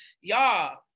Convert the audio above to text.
y'all